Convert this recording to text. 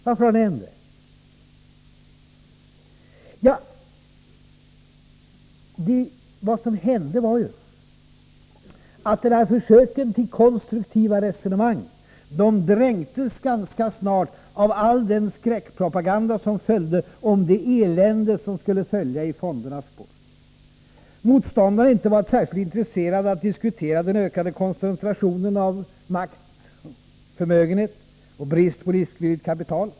Varför har ni ändrat er? Vad som hände var ju att det här försöket till konstruktiva resonemang dränktes ganska snart av all skräckpropaganda om det elände som skulle följa i fondernas spår. Motståndarna har icke varit särskilt intresserade av att diskutera den ökade koncentrationen av makt och förmögenhet och brist på riskvilligt kapital.